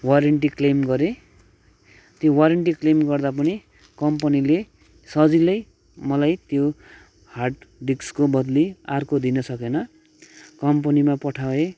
warranty claim गरेँ त्यो warranty claim गर्दा पनि कम्पनीले सजिलै मलाई त्यो हार्ड डिस्कको बद्ली अर्को दिन सकेन कम्पनीमा पठाएँ